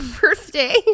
birthday